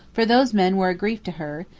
for those men were a grief to her,